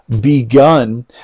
begun